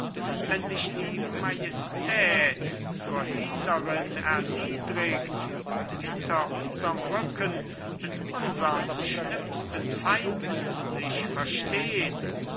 wenn sich die majestät zur hehlerin erniedrigt hinter unserm rücken mit unsern schlimmsten feinden sich versteht